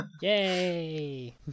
Yay